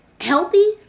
healthy